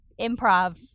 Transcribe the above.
improv